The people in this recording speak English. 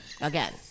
again